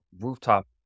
rooftop